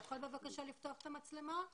בבקשה.